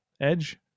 edge